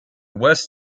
west